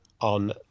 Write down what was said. on